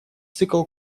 цикл